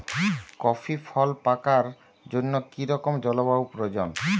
Coffee ফল পাকার জন্য কী রকম জলবায়ু প্রয়োজন?